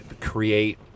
create